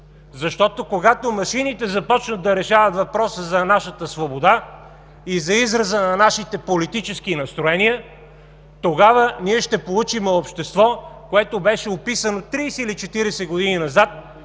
защото, когато машините започнат да решават въпроса за нашата свобода и за израза на нашите политически настроения, тогава ние ще получим общество, което беше описано 30 или 40 години назад